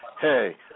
hey